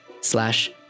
slash